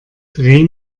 dreh